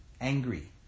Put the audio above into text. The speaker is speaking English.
angry